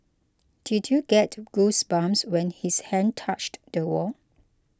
did you get goosebumps when his hand touched the wall